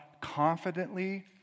confidently